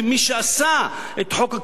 כמי שעשה את חוק הכבלים,